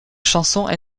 chanson